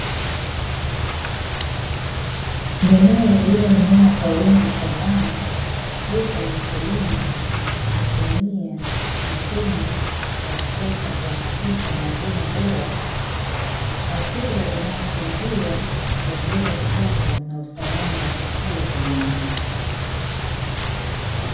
Mimea iliyoenea kwa wingi shambani, huku mkulima akitumia mfumo wa kisasa kuhakikisha mavuno bora, hatua inayochangia kuongeza kipato na usalama wa chakula kwa jamii.